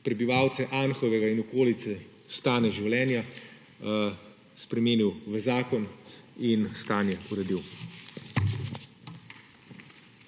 prebivalce Anhovega in okolice stane življenja, spremenil v zakon in stanje uredil.